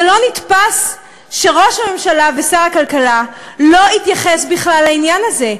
זה לא נתפס שראש הממשלה ושר הכלכלה לא התייחס בכלל לעניין הזה.